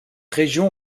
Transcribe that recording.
région